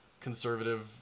conservative